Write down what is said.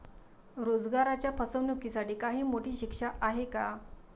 रोजगाराच्या फसवणुकीसाठी काही मोठी शिक्षा आहे का?